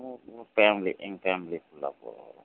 family எங்கள் family புல்லா போகிறோம்